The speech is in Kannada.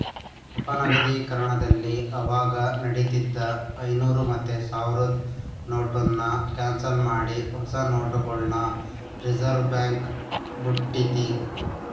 ಅಪನಗದೀಕರಣದಲ್ಲಿ ಅವಾಗ ನಡೀತಿದ್ದ ಐನೂರು ಮತ್ತೆ ಸಾವ್ರುದ್ ನೋಟುನ್ನ ಕ್ಯಾನ್ಸಲ್ ಮಾಡಿ ಹೊಸ ನೋಟುಗುಳ್ನ ರಿಸರ್ವ್ಬ್ಯಾಂಕ್ ಬುಟ್ಟಿತಿ